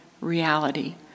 reality